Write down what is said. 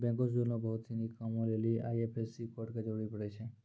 बैंको से जुड़लो बहुते सिनी कामो लेली आई.एफ.एस.सी कोड के जरूरी पड़ै छै